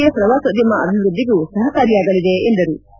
ಜೊತೆಗೆ ಪ್ರವಾಸೋದ್ಯಮ ಅಭಿವೃದ್ದಿಗೂ ಸಹಕಾರಿಯಾಗಲಿದೆ ಎಂದರು